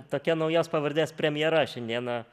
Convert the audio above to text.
tokia naujos pavardės premjera šiandieną